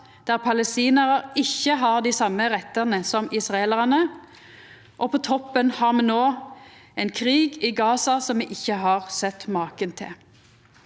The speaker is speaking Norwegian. der palestinarar ikkje har dei same rettane som israelarane, og på toppen har me no ein krig i Gaza som me ikkje har sett maken til.